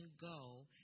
go